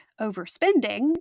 overspending